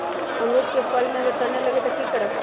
अमरुद क फल म अगर सरने लगे तब की करब?